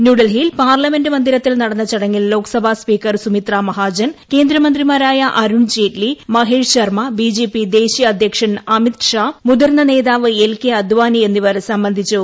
ന്യൂഡൽഹിയിൽ പാർലമെന്റ് മന്ദിരത്തിൽ നടന്ന ചടങ്ങിൽ ലോക്സഭാ സ്പീക്കർ സുമിത്ര മഹാജൻ കേന്ദ്രമന്ത്രിമാരായ Arun Jaitley Mahesh Sharma B J P ദേശീയ അധ്യക്ഷൻ അമിത് ഷാ മുതിർന്ന നേതാവ് എൽ കെ അദാനി എന്നിവർ സംബന്ധിച്ചു